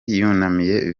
yunamiye